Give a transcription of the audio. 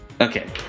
Okay